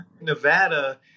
Nevada